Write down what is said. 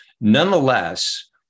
Nonetheless